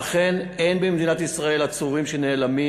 אכן, אין במדינת ישראל עצורים שנעלמים